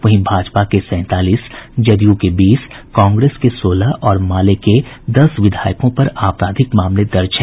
वहीं भाजपा के सैंतालीस जदयू के बीस कांग्रेस के सोलह और माले के दस विधायकों पर आपराधिक मामले दर्ज हैं